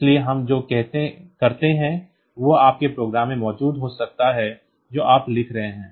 इसलिए हम जो करते हैं वह आपके प्रोग्राम में मौजूद हो सकता है जो आप लिख रहे हैं